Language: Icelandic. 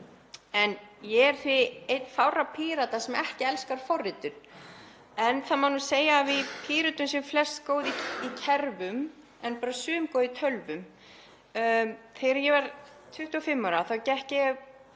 Ég er því ein fárra Pírata sem ekki elskar forritun, en það má nú segja að við í Pírötum séum flest góð í kerfum en bara sum góð í tölvum. Þegar ég var 25 ára þá gekk ég með